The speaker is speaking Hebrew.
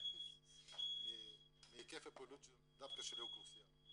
מהיקף הפעילות של האוכלוסייה,